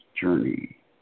journey